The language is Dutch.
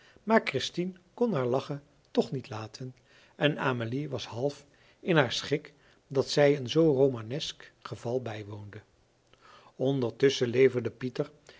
maar christien kon haar lachen toch niet laten en amelie was half in haar schik dat zij een zoo romanesk geval bijwoonde ondertusschen leverde pieter